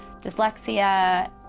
dyslexia